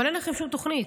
אבל אין לכם שום תוכנית.